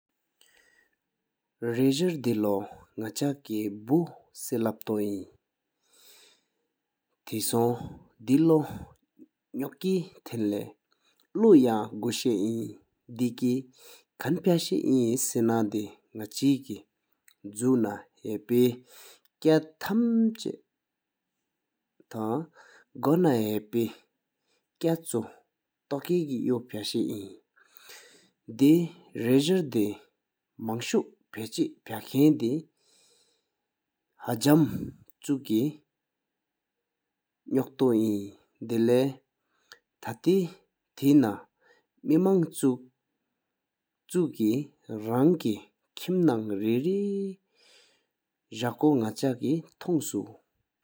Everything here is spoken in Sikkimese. རླེབ་བཟོརས་དེ་ལོ་ནག་ཅ་ཀེ་བུ་སེ་ལབ་ཏོ་ཨིན། ཐི་སོང་དེ་ལི་ནོ་ཀེ་ཐང་ལེ་ལུ་ཡང་གོ་ཤ་ཨིན། དེ་ཀེ་ཁན་ཕ་ཤ་ཨིན་སེ་ན་དེ་ནག་ཅེ་ཇུ་ན་ཧ་པེ་ཀ་ཐམ་ཅ་ཐང་གོ་ན་ཧ་པེ་ཀ་ཆུ་ཏོག་ཀེ་ཡོ་པ་ཤ་ཨིན། དེ་རླེབ་བཟོརས་དེ་མང་ཤུ་པ་ཆེ་པ་ཁན་དེ་ཧ་ཇཱམ་ཆུ་ཀེ་ནོག་ཏོ་ཨིན། དེ་ལེ་ཐའ་ཏེ་ཐེ་ན་མེ་མང་ཤུ་ཀེ་རང་ཀེ་ཁིམ་ན་རེ་རེ་ཇ་ཀོ་ནག་ཅ་ཀེ་ཐོངས་སུ།